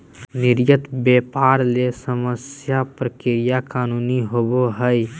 निर्यात व्यापार ले समस्त प्रक्रिया कानूनी होबो हइ